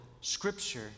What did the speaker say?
Scripture